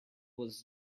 was